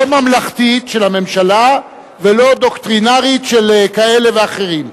לא ממלכתית של הממשלה ולא דוקטרינרית של כאלה ואחרים,